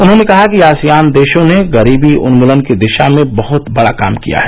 उन्होंने कहा कि आसियान देशों ने गरीबी उन्मुलन की दिशा में बहत बडा काम किया है